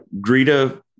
Greta